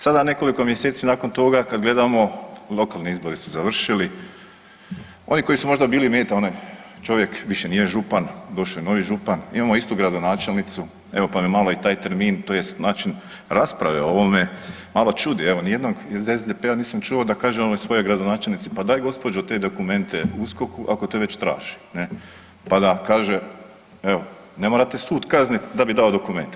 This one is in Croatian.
Sada nekoliko mjeseci nakon toga kada gledamo lokalni izbori su završili, oni koji su možda meta onaj čovjek više nije župan, došao je novi župan, imamo istu gradonačelnicu evo pa me malo i taj termin tj. način rasprave o ovome malo čudi, evo nijednog iz SDP-a nisam čuo da kaže onoj svojoj gradonačelnici pa daj gospođo te dokumente USKOK-u ako te već traži ne, pa da kaže evo ne morate sud kaznit da bi dao dokumente.